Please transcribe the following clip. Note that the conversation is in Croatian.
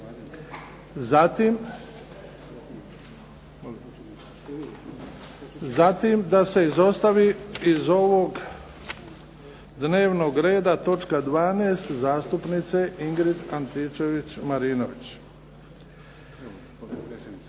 Zatim da se izostavi iz ovog dnevnog reda točka 12. zastupnice Ingrid Antičević-Marinović, u ime kluba